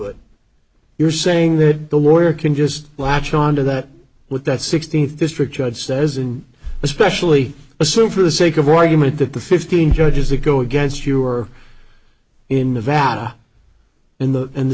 it you're saying that the warrior can just latch on to that with that sixteenth district judge says and especially assume for the sake of argument that the fifteen judges that go against your in nevada in the in the